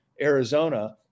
Arizona